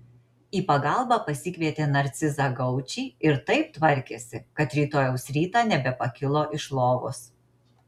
į pagalbą pasikvietė narcizą gaučį ir taip tvarkėsi kad rytojaus rytą nebepakilo iš lovos